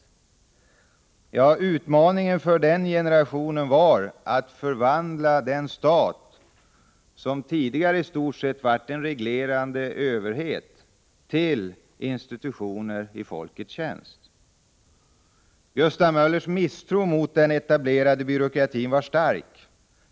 Utmaningen för den generationen låg i att förvandla den stat som tidigare i stort sett varit en reglerande överhet till institutioner i folkets tjänst. Gustav Möllers misstro mot den etablerade byråkratin var stark.